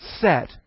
set